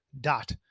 Dot